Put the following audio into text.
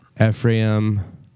Ephraim